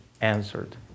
Answered